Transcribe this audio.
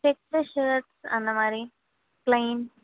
set dresses அந்தமாதிரி plain